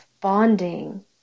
bonding